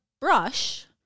brush